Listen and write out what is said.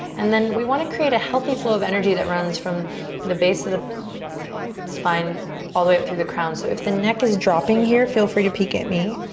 and then we wanna create a healthy flow of energy that runs from the base of the spine all the way up through the crown. so if the neck is dropping here, feel free to peek at me.